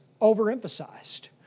overemphasized